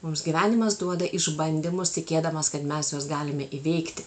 mums gyvenimas duoda išbandymus tikėdamas kad mes juos galime įveikti